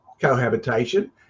cohabitation